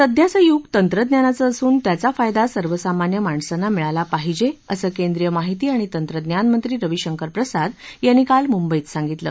सध्याचं यूग तंत्रज्ञानाचं असून त्याचा फायदा सर्वसामान्य माणसांना मिळाला पाहिजे असं केंद्रीय माहिती आणि तंत्रज्ञानमंत्री रविशंकर प्रसाद यांनी काल मुंबईत सांगितलं